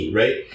right